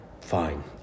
fine